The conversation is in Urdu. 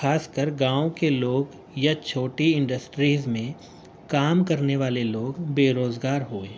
خاص کر گاؤں کے لوگ یا چھوٹی انڈسٹریز میں کام کرنے والے لوگ بے روزگار ہوئے